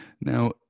Now